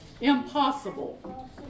impossible